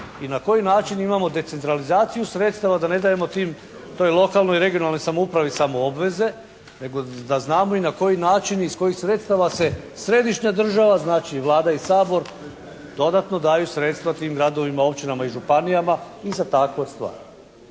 i na koji način imamo decentralizaciju sredstava da ne dajemo tim, toj lokalnoj i regionalnoj samoupravi samo obveze, nego da znamo i na koji način i iz kojih sredstava se središnja država, znači Vlada i Sabor dodatno daju sredstva tim gradovima, općinama i županijama i za takve stvari.